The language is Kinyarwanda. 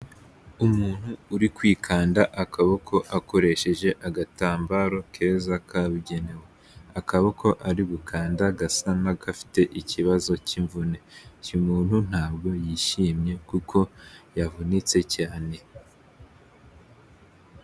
Umuntu uri kwikanda akaboko akoresheje agatambaro keza kabugenewe. Akaboko ari gukanda gasa n'agafite ikibazo cy'imvune. Uyu muntu ntabwo yishimye kuko yavunitse cyane.